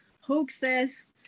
hoaxes